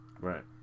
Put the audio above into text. right